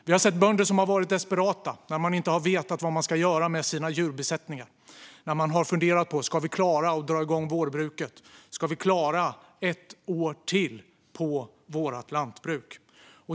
Vi har sett bönder som varit desperata när de inte vetat vad de ska göra med sina djurbesättningar. De har funderat: Ska vi klara att dra igång vårbruket? Ska vi klara ett år till på vårt lantbruk?